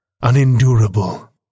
unendurable